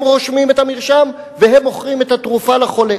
הם רושמים את המרשם, והם מוכרים את התרופה לחולה.